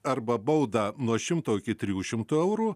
arba baudą nuo šimto iki trijų šimtų eurų